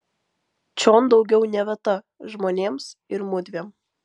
čion daugiau ne vieta žmonėms ir mudviem